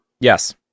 yes